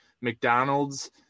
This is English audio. mcdonald's